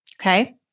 Okay